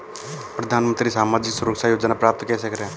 प्रधानमंत्री सामाजिक सुरक्षा योजना प्राप्त कैसे करें?